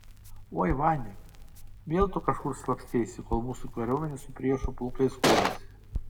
oi vania vėl tu kažkur slapsteisi kol mūsų kariuomenė su priešų pulkais kovėsi